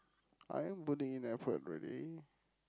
I am putting in effort already